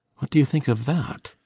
what do you think of that?